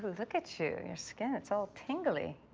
look at you, your skin, it's all tingly.